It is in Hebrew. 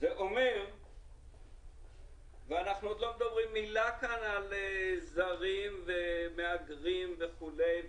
אנחנו עוד לא אומרים כאן מילה על זרים ומהגרים וכולי,